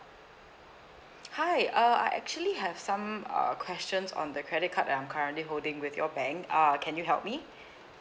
hi uh I actually have some uh questions on the credit card I'm currently holding with your bank uh can you help me